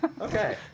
Okay